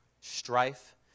strife